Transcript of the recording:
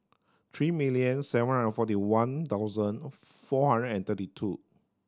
three million seven hundred forty one thousand four hundred and thirty two